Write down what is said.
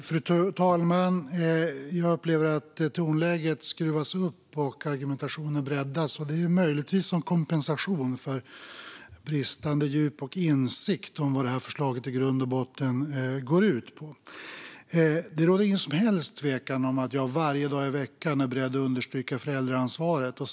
Fru talman! Jag upplever att tonläget skruvas upp och att argumentationen breddas. Det är möjligtvis som kompensation för bristande djup och insikt om vad förslaget i grund och botten går ut på. Det råder inget som helst tvivel om att jag varje dag i veckan är beredd att understryka föräldraansvaret.